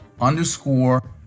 underscore